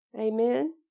amen